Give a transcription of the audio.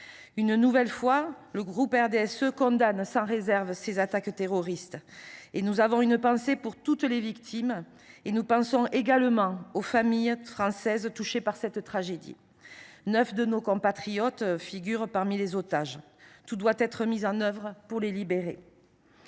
et Social Européen condamne sans réserve ces attaques terroristes. Nous avons une pensée pour toutes les victimes ; nous avons également à l’esprit les familles françaises touchées par cette tragédie. Neuf de nos compatriotes figurent parmi les otages ; tout doit être mis en œuvre pour les libérer.